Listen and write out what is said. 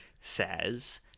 says